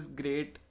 great